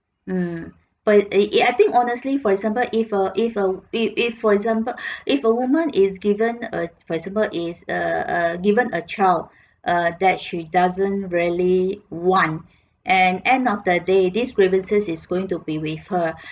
mm but y~ I think honestly for example if a if a if if for example if a woman is given a for example is a a given a child uh that she doesn't really want and end of the day these grievances is going to be with her